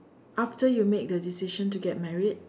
after you make the decision to get married